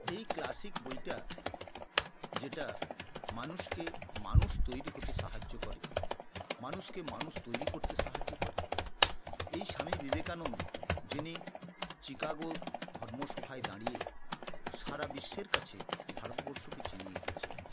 এই ক্লাসিক বইটা যেটা মানুষকে মানুষ তৈরি হতে সাহায্য করে মানুষকে মানুষ তৈরি করতে সাহায্য করে এই স্বামী বিবেকানন্দ যিনি চিকাগো ধর্মসভায় দাঁড়িয়ে সারা বিশ্বের কাছে ভারতবর্ষকে চিনিয়ে দিয়েছিলেন